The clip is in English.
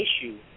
issue